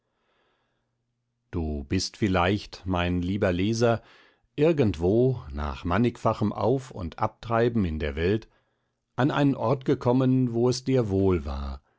du bist vielleicht mein lieber leser irgendwo nach mannigfachem auf und abtreiben in der welt an einen ort gekommen wo dir es wohl war